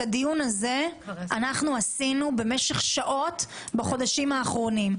את הדיון הזה עשינו במשך שעות בחודשים האחרונים.